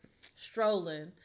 strolling